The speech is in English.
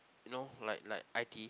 you know like like i_t_e